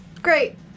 Great